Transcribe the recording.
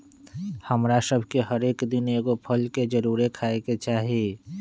हमरा सभके हरेक दिन एगो फल के जरुरे खाय के चाही